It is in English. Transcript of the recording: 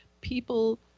people